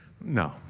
No